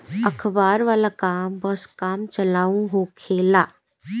अखबार वाला कागज बस काम चलाऊ होखेला